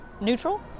neutral